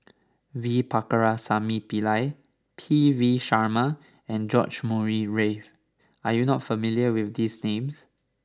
V Pakirisamy Pillai P V Sharma and George Murray Reith are you not familiar with these names